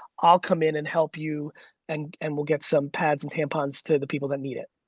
i'll come in and help you and and we'll get some pads and tampons to the people that need it.